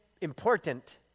important